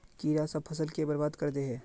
कीड़ा सब फ़सल के बर्बाद कर दे है?